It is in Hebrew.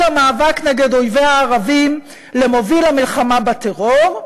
המאבק נגד אויביה הערבים למוביל המלחמה בטרור,